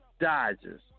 Dodgers